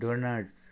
डोनार्डस